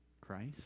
Christ